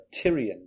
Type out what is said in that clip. Tyrion